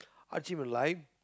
hardship in life